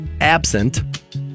absent